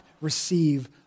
receive